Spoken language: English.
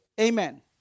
Amen